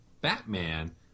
Batman